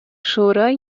شورای